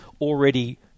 already